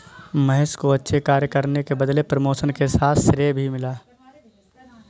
महेश को अच्छे कार्य करने के बदले प्रमोशन के साथ साथ श्रेय भी मिला